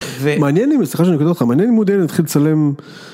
מעניין אם מסליחה שאני קוטע אותך מעניין לי עודד להתחיל לצלם.